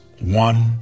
one